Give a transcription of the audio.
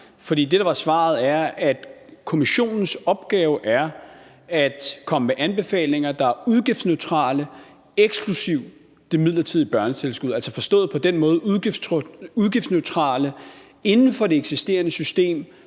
for det, der var svaret, var, at kommissionens opgave er at komme med anbefalinger, der er udgiftsneutrale, eksklusive det midlertidige børnetilskud. Det skal altså forstås på den måde, at de skal være udgiftsneutrale inden for det eksisterende system,